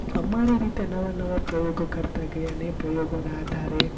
અમારી રીતે નવા નવા પ્રયોગો કરતા કે અને એ પ્રયોગોના આધારે